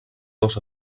dos